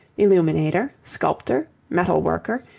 illuminator, sculptor, metal-worker,